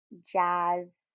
jazz